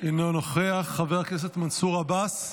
אינו נוכח, חבר הכנסת מנסור עבאס,